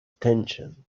attention